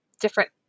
different